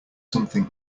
something